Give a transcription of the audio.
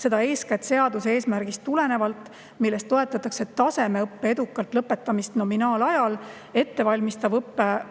seda eeskätt seaduse eesmärgist tulenevalt: toetatakse tasemeõppe edukalt lõpetamist nominaalajal. Ettevalmistava